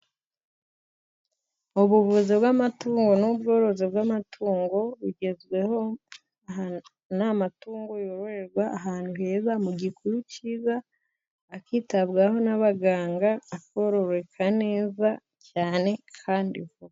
Ubuvuzi bw'amatungo, n'ubworozi bw'amatungo bugezweho, amatungo yororerwa ahantu heza mu gikuyu cyiza, akitabwaho n'abaganga, akororoka neza cyane kandi vuba.